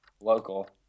Local